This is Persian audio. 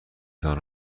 تان